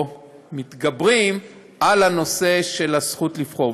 או מתגבר, על הנושא של הזכות לבחור.